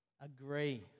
Agree